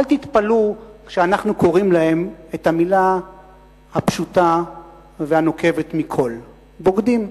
אל תתפלאו שאנחנו קוראים להם את המלה הפשוטה והנוקבת מכול: בוגדים.